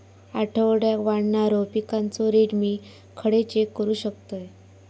आठवड्याक वाढणारो पिकांचो रेट मी खडे चेक करू शकतय?